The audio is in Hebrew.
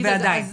בדיוק,